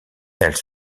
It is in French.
elle